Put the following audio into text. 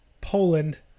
Poland